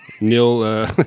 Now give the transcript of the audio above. Neil